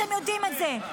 אתם יודעים את זה.